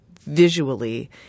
visually